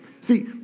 See